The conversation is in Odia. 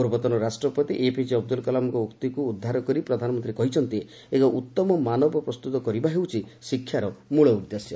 ପୂର୍ବତନ ରାଷ୍ଟ୍ରପତି ଏପିଜେ ଅବଦୁଲ କଲାମଙ୍କ ଉକ୍ତିକୁ ଉଦ୍ଧାର କରି ପ୍ରଧାନମନ୍ତ୍ରୀ କହିଛନ୍ତି ଏକ ଉତ୍ତମ ମାନବ ପ୍ରସ୍ତୁତ କରିବା ହେଉଛି ଶିକ୍ଷାର ମଳ ଉଦ୍ଦେଶ୍ୟ